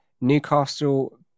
Newcastle